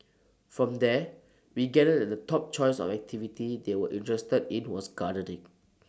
from there we gathered that the top choice of activity they were interested in was gardening